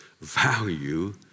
value